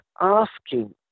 asking